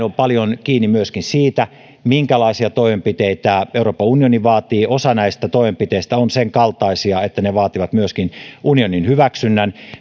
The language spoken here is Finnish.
on paljon kiinni myöskin siitä minkälaisia toimenpiteitä euroopan unioni vaatii osa näistä toimenpiteistä on sen kaltaisia että ne vaativat myöskin unionin hyväksynnän